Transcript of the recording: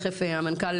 המנכ"ל,